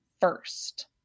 first